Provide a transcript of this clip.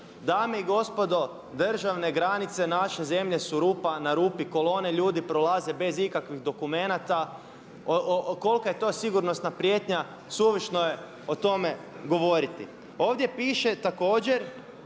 Dame i gospodo državne granice naše zemlje su rupa na rupi, kolone ljudi prolaze bez ikakvih dokumenata. Kolika je to sigurnosna prijetnja suvišno je o tome govoriti. Ovdje piše također